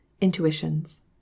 Intuitions